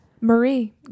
marie